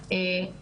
שמעתי הרבה